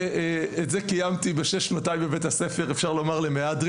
ואת זה קיימתי בשש שנותיי בבית הספר למהדרין.